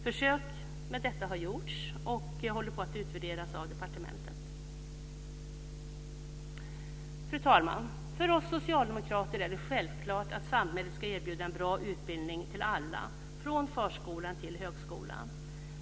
Försök med detta har gjorts och håller på att utvärderas av departementet. Fru talman! För oss socialdemokrater är det självklart att samhället ska erbjuda en bra utbildning till alla från förskolan till högskolan.